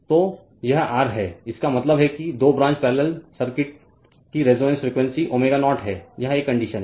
तो यह R है इसका मतलब है कि दो ब्रांच पैरलेल सर्किट की रेजोनेंस फ्रीक्वेंसी ω0 है यह एक कंडीशन है